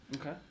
Okay